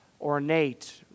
ornate